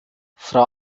frau